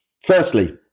Firstly